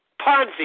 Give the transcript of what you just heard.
Ponzi